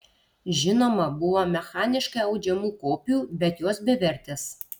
žinoma buvo mechaniškai audžiamų kopijų bet jos bevertės